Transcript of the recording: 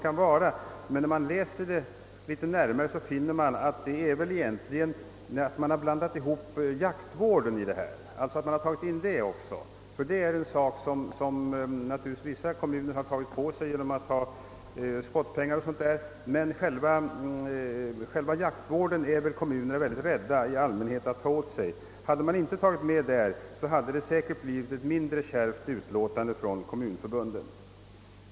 Läser man litet noggrannare finner man att anledningen väl egentligen är att viltoch jaktvård blandats in i naturvården. Detta är en sak som vissa kommuner naturligtvis tagit på sig genom att t.ex. utbetala skottpengar, men själva jaktvården är nog kommunerna i allmänhet rädda för att åta sig. Hade man inte tagit med jaktvården hade det säkert blivie mindre kärva utlåtanden från kommunförbunden.